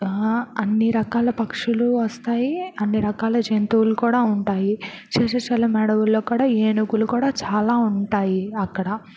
అన్ని రకాల పక్షులు వస్తాయి అన్ని రకాల జంతువులు కూడా ఉంటాయి శేషాచలం అడవుల్లో కూడా ఏనుగులు కూడా చాలా ఉంటాయి అక్కడ